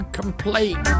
complete